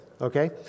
okay